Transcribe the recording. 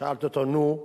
שאלתי אותו: נו?